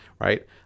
right